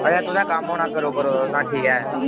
अजें तुसें कम्म होना करो करो तां ठीक ऐ